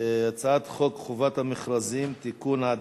הצעת חוק חובת המכרזים (תיקון,